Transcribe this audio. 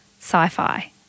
sci-fi